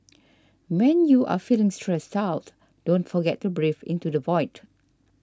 when you are feeling stressed out don't forget to breathe into the void